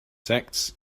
sects